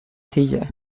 silla